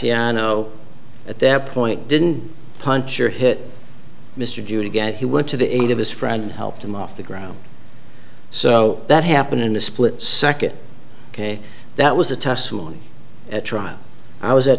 cassiano at that point didn't punch or hit mr do it again he went to the aid of his friend helped him off the ground so that happened in a split second ok that was the testimony at trial i was at